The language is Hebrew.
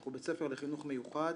אנחנו בית ספר לחינוך מיוחד,